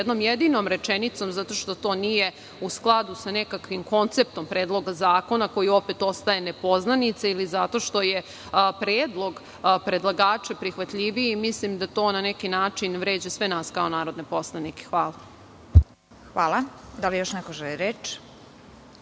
jednom jedinom rečenicom, zato što to nije u skladu sa nekakvim konceptom predloga zakona, koji opet ostaje nepoznanica ili zato što je predlog predlagača prihvatljiviji, mislim da to na neki način vređa sve nas kao narodne poslanike. Hvala. **Vesna Kovač** Hvala. Da li još neko želi reč?